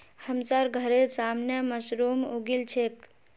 हमसार घरेर सामने मशरूम उगील छेक